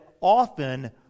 often